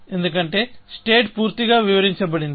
ఎందుకంటే స్టేట్ పూర్తిగా వివరించబడింది